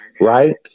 Right